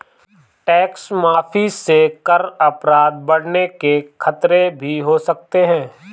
tax माफी से कर अपराध बढ़ने के खतरे भी हो सकते हैं